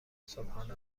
صبحانه